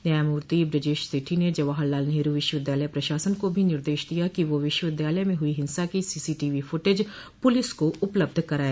न्यायमूर्ति बूजेश सेठी ने जवाहरलाल नेहरू विश्वविद्यालय प्रशासन को भी निर्देश दिया कि वह विश्वविद्यालय में हुई हिंसा की सीसीटीवी फुटेज पुलिस को उपलब्ध कराए